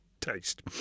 taste